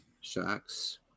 Sharks